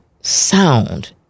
sound